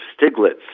Stiglitz